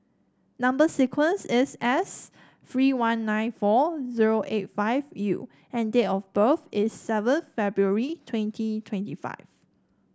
number sequence is S three one nine four zero eight five U and date of birth is seven February twenty twenty five